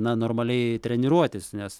na normaliai treniruotis nes